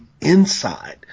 inside